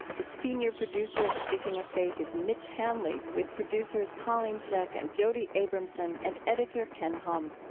the senior producer of speaking of faith is mitch hanley, with producers colleen scheck and jody abramson and editor ken hom.